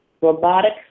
Robotic